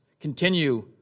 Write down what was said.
Continue